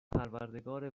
پروردگار